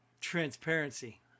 transparency